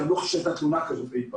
לא חושב שהיתה תלונה כזו אי פעם.